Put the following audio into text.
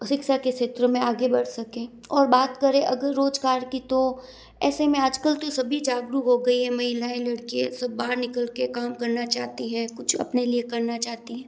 शिक्षा के क्षेत्र में आगे बढ़ सकें और बात करें अगर रोजगार कि तो ऐसे में आजकल तो सभी जागरूक हो गई है महिलायें लड़कियां सब बाहर निकल के काम करना चाहती हैं कुछ अपने लिए करना चाहती है